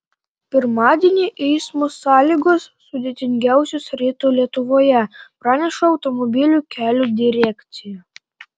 pirmadienį eismo sąlygos sudėtingiausios rytų lietuvoje praneša automobilių kelių direkcija